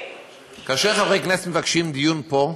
שכאשר חברי כנסת מבקשים דיון פה,